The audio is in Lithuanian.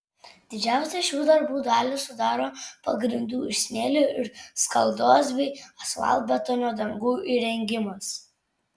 didžiausią šių darbų dalį sudaro pagrindų iš smėlio ir skaldos bei asfaltbetonio dangų įrengimas